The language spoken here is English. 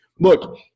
Look